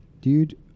dude